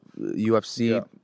UFC